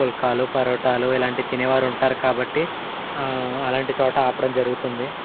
పుల్కాలు పరోటాలు ఇలాంటి తినేవారు ఉంటారు కాబట్టి అలాంటి చోట ఆపడం జరుగుతుంది